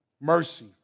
Mercy